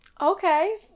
Okay